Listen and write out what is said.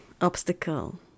obstacle